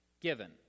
given